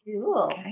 Cool